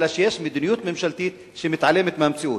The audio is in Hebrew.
אלא שיש מדיניות ממשלתית שמתעלמת מהמציאות.